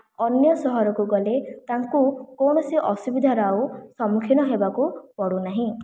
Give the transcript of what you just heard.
ଅନ୍ୟ ସହରକୁ ଗଲେ ତାଙ୍କୁ କୌଣସି ଅସୁବିଧାର ଆଉ ସମ୍ମୁଖୀନ ହେବାକୁ ପଡ଼ୁନାହିଁ